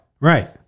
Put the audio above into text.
right